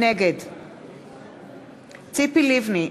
נגד ציפי לבני,